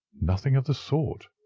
nothing of the sort.